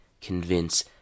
convince